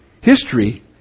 History